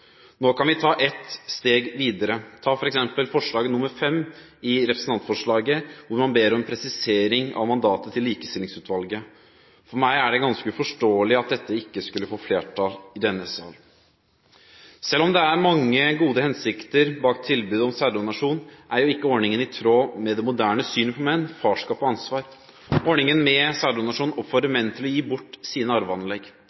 Nå kan vi ta et steg videre. I representantforslaget, forslag V, ber man om å presisere mandatet til Likestillingsutvalget. For meg er det ganske uforståelig at dette ikke får flertall i denne sal. Selv om det er mange gode hensikter bak tilbudet om sæddonasjon, er jo ikke ordningen i tråd med det moderne synet på menn, farskap og ansvar. Ordningen med sæddonasjon